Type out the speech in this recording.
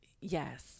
Yes